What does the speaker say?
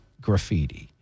graffiti